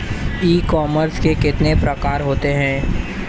ई commerce के कितने प्रकार होते हैं?